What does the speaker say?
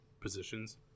positions